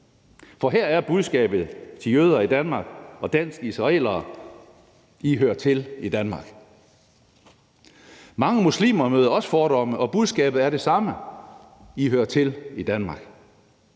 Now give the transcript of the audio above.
For her er budskabet til jøder i Danmark og danskisraelere: I hører til i Danmark. Mange muslimer møder også fordomme, og budskabet er det samme: I hører til i Danmark.